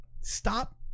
stop